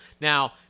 Now